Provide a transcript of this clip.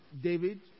David